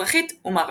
מזרחית ומערבית.